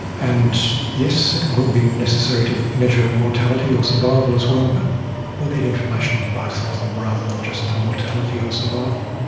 and yes, it will be necessary to measure and mortality or survival as well but we will need information on both ah of them rather than just the mortality or survival.